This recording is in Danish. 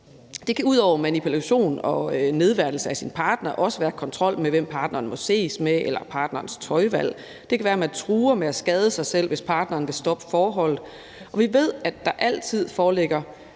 Det kan ud over manipulation og nedværdigelse af ens partner også inkludere kontrol med, hvem partneren må ses med, eller med partnerens tøjvalg. Det kan være, man truer med at skade sig selv, hvis partneren vil stoppe forholdet. Vi ved, at der, når der foreligger